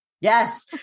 Yes